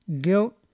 guilt